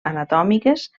anatòmiques